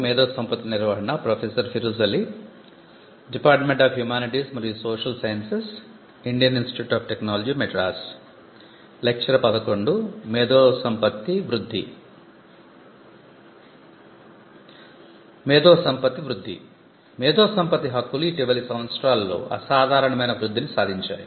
మేధో సంపత్తి వృద్ధి మేధో సంపత్తి హక్కులు ఇటీవలి సంవత్సరాలలో అసాధారణమైన వృద్ధిని సాధించాయి